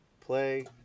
play